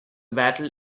battle